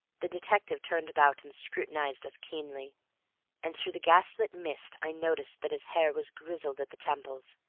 the detective turned about and scrutinized us keenly and through the gaslit mist i noticed that his hair was grizzled at the temples,